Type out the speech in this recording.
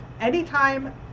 anytime